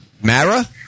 Mara